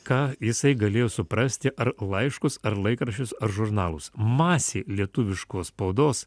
ką jisai galėjo suprasti ar laiškus ar laikraščius ar žurnalus masė lietuviškos spaudos